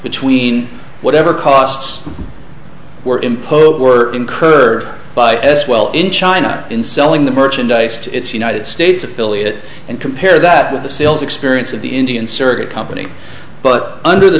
between whatever costs were imposed were incurred by as well in china in selling the merchandise to its united states affiliate and compare that with the sales experience of the indian circuit company but under the